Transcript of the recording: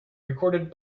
recorded